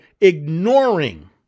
ignoring